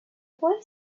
boy